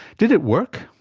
did it work?